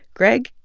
greg,